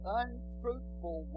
unfruitful